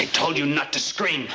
i told you not to scre